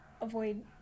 avoid